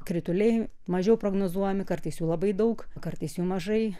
krituliai mažiau prognozuojami kartais jų labai daug kartais jų mažai